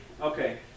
okay